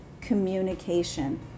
communication